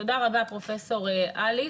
תודה רבה, פרופ' אליס.